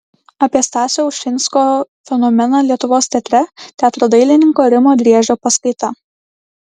apie stasio ušinsko fenomeną lietuvos teatre teatro dailininko rimo driežio paskaita